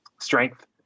strength